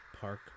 park